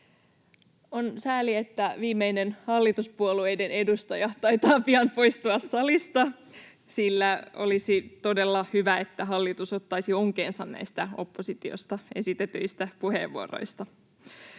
On sääli, että viimeinen hallituspuolueiden edustaja taitaa pian poistua salista, [Puhuja naurahtaa] sillä olisi todella hyvä, että hallitus ottaisi onkeensa näistä oppositiosta esitetyistä puheenvuoroista.